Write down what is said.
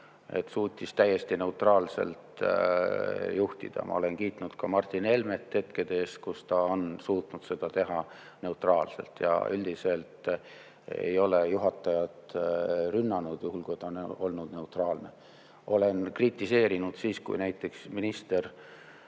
ta suutis täiesti neutraalselt juhtida. Ja ma olen kiitnud ka Martin Helmet hetkede eest, kui ta on suutnud seda teha neutraalselt. Ja üldiselt ma ei ole juhatajat rünnanud, kui ta on olnud neutraalne. Ma olen kritiseerinud siis, kui minister